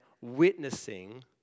witnessing